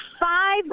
five